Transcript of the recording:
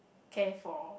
care for